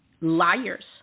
liars